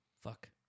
Fuck